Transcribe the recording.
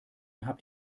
habt